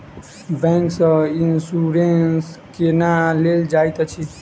bank सँ insurance केना लेल जाइत अछि